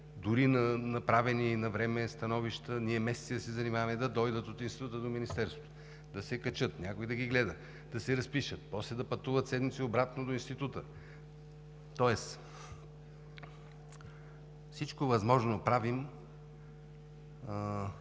дори с направени навреме становища, да дойдат от Института до Министерството, да се качат, някой да ги гледа, да се разпишат, после да пътуват седмици обратно до Института. Правим всичко възможно да